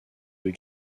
deux